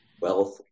wealth